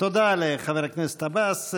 לחבר הכנסת עבאס.